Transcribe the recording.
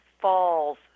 falls